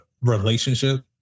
relationship